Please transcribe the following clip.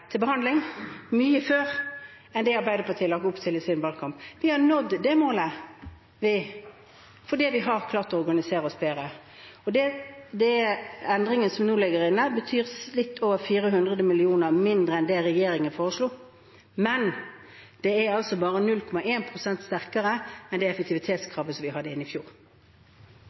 til behandling mye før enn det Arbeiderpartiet la opp til i sin valgkamp. Vi har nådd det målet fordi vi har klart å organisere oss bedre. Den endringen som nå ligger inne, betyr litt mer enn 400 mill. kr mindre enn det regjeringen foreslo. Men det er bare 0,1 pst. sterkere enn det effektivitetskravet vi hadde inne i fjor.